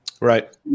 Right